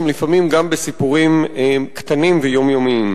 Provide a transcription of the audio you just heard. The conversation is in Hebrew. הם לפעמים גם בסיפורים קטנים ויומיומיים.